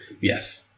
Yes